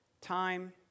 time